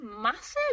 massive